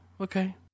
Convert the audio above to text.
Okay